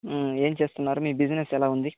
ఏం చేస్తున్నారు మీ బిజినెస్ ఎలా ఉంది